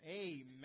Amen